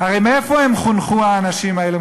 הרי איפה הם חונכו, האנשים האלה?